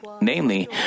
Namely